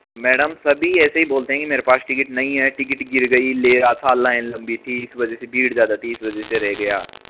madam सभी ऐसे ही बोलते हैं कि मेरे पास टिकट नहीं है टिकट गिर गई ले रहा था लाइन लम्बी थी इस वजह से भीड़ ज़्यादा थी इस वजह से रह गया